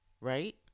Right